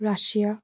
Russia